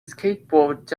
skateboards